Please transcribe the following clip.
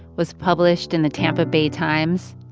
was published in the tampa bay times,